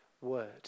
word